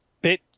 bit